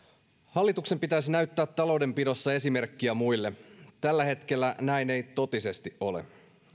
hallituksen pitäisi näyttää taloudenpidossa esimerkkiä muille tällä hetkellä näin ei totisesti ole